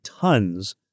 tons